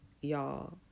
y'all